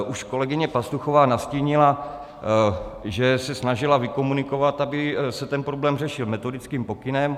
Už kolegyně Pastuchová nastínila, že se snažila vykomunikovat, aby se problém řešil metodickým pokynem.